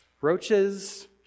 roaches